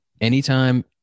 anytime